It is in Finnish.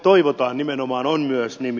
toivotaan nimenomaan on myös nimi